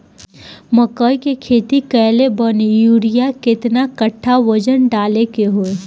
मकई के खेती कैले बनी यूरिया केतना कट्ठावजन डाले के होई?